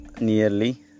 Nearly